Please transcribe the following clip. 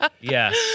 Yes